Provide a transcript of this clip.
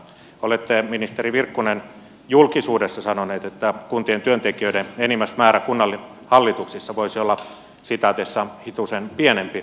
olette ministeri virkkunen julkisuudessa sanonut että kuntien työntekijöiden enimmäismäärä kunnanhallituksissa voisi olla hitusen pienempi